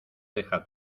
deja